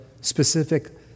specific